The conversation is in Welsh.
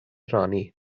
rannu